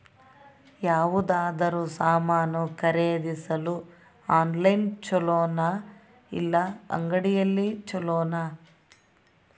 ಯಾವುದಾದರೂ ಸಾಮಾನು ಖರೇದಿಸಲು ಆನ್ಲೈನ್ ಛೊಲೊನಾ ಇಲ್ಲ ಅಂಗಡಿಯಲ್ಲಿ ಛೊಲೊನಾ?